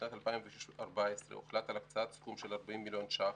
משנת 2014 הוחלט על הקצאת סכום של 40 מיליון ש"ח